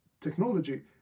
technology